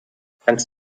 kannst